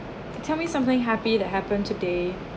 tell me something happy that happen today